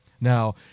Now